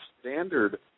standard